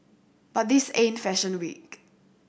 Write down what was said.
but this ain't fashion week